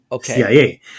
CIA